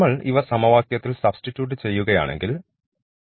നമ്മൾ ഇവ സമവാക്യത്തിൽ സബ്സ്റ്റിറ്റ്യൂട്ട് ചെയ്യുകയാണെങ്കിൽ ഇവിടെ